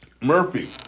Murphy